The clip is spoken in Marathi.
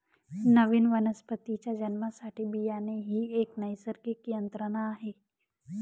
नवीन वनस्पतीच्या जन्मासाठी बियाणे ही एक नैसर्गिक यंत्रणा आहे